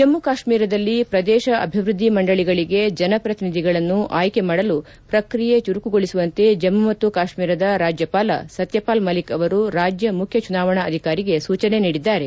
ಜಮ್ಮ ಕಾಶ್ಮೀರದಲ್ಲಿ ಪ್ರದೇಶ ಅಭಿವೃದ್ದಿ ಮಂಡಳಗಳಿಗೆ ಜನಪ್ರತಿನಿಧಿಗಳನ್ನು ಆಯ್ಕೆ ಮಾಡಲು ಪ್ರಕ್ರಿಯೆ ಚುರುಕುಗೊಳಿಸುವಂತೆ ಜಮ್ನು ಮತ್ತು ಕಾಶ್ಮೀರದ ರಾಜ್ಜಪಾಲ ಸತ್ಯಪಾಲ್ ಮಲಿಕ್ ಅವರು ರಾಜ್ಜ ಮುಖ್ಯ ಚುನಾವಣಾ ಅಧಿಕಾರಿಗೆ ಸೂಚನೆ ನೀಡಿದ್ದಾರೆ